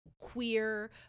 queer